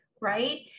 right